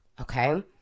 okay